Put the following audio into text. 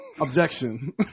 objection